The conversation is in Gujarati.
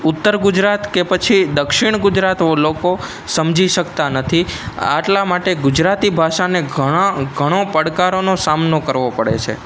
ઉત્તર ગુજરાત કે પછી દક્ષિણ ગુજરાત લોકો સમજી શકતા નથી આટલા માટે ગુજરાતી ભાષાને ઘણો પડકારોનો સામનો કરવો પડે છે